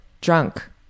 drunk